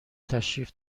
تشریف